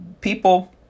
people